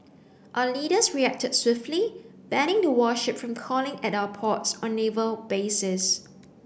our leaders reacted swiftly banning the warship from calling at our ports or naval bases